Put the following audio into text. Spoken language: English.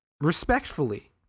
respectfully